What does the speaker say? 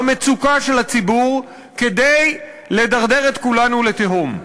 במצוקה של הציבור כדי לדרדר את כולנו לתהום.